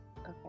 Okay